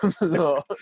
no